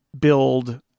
build